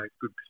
good